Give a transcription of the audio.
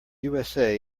usa